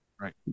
Right